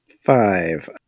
five